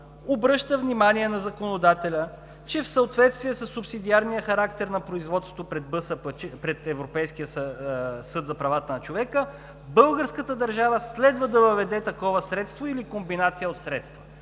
обръща внимание на законодателя, че в съответствие със субсидиарния характер на производство пред Европейския съд за правата на човека българската държава следва да въведе такова средство или комбинация от средства.